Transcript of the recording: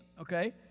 okay